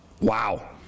Wow